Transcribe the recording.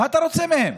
מה אתה רוצה מהן?